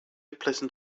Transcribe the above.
pleasant